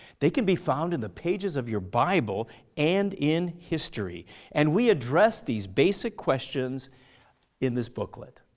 they can be found in the pages of your bible and in history and we address these basic questions in this booklet.